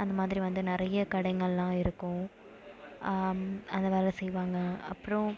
அந்தமாதிரி வந்து நிறைய கடைங்கள்லாம் இருக்கும் அந்த வேலை செய்வாங்க அப்புறம்